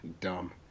dumb